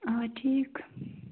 آ ٹھیٖک